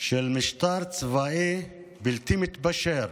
של משטר צבאי בלתי מתפשר,